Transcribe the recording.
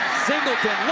singleton.